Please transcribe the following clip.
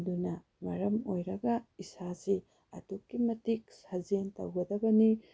ꯑꯗꯨꯅ ꯃꯔꯝ ꯑꯣꯏꯔꯒ ꯏꯁꯥꯁꯤ ꯑꯗꯨꯛꯀꯤ ꯃꯇꯤꯛ ꯁꯥꯖꯦꯜ ꯇꯧꯒꯗꯕꯅꯤ